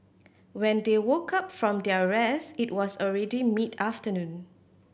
when they woke up from their rest it was already mid afternoon